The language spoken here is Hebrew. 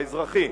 האזרחי,